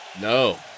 No